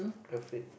afraid